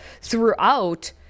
throughout